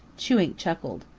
chewink chuckled.